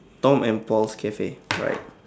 tom and paul's cafe alright